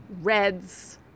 Reds